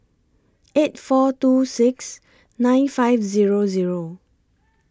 eight four two six nine five Zero Zero